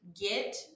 get